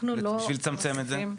להוסיף בשביל לצמצם את זה?